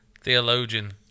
Theologian